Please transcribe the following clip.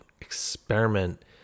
experiment